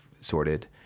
sorted